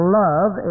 love